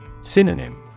Synonym